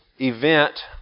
event